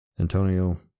Antonio